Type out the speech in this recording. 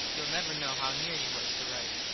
youll never know how near you was to right.